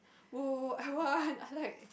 oh I want I like